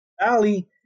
Valley